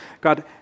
God